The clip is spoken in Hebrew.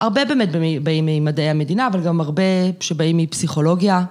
הרבה באמת באים ממדעי המדינה אבל גם הרבה שבאים מפסיכולוגיה